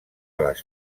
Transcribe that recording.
les